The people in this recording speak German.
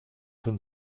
von